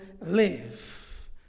live